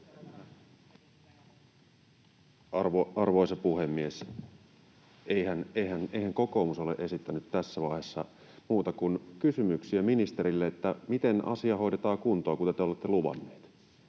Arvoisa puhemies! Eihän kokoomus ole esittänyt tässä vaiheessa muuta kuin kysymyksiä ministerille, miten asia hoidetaan kuntoon, kuten te olette luvanneet.